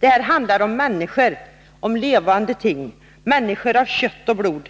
Det handlar om människor, om levande ting, människor av kött och blod.